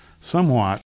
somewhat